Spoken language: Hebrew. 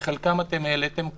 שאת חלקם העליתם כאן,